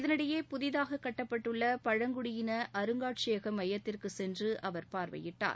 இதனிஎடயே புதிதாக கட்டப்பட்டுள்ள பழங்குடியின அருங்னாட்சியக மையத்திற்கு சென்று அவர் பார்வையிட்டார்